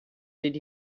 did